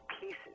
pieces